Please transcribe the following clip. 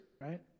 right